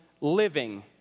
living